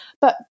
But-